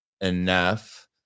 enough